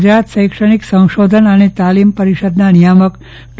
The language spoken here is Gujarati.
ગુજરાત શૈક્ષણિક સંશોધન અને તાલીમ પરિષદના નિયામક ડો